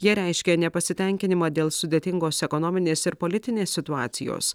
jie reiškė nepasitenkinimą dėl sudėtingos ekonominės ir politinės situacijos